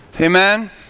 Amen